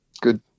good